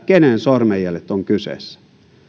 kenen sormenjäljet ovat kyseessä